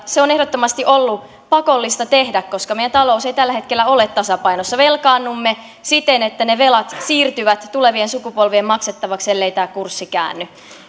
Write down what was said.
se on ehdottomasti ollut pakollista tehdä koska meidän talous ei tällä hetkellä ole tasapainossa ja velkaannumme siten että ne velat siirtyvät tulevien sukupolvien maksettavaksi ellei tämä kurssi käänny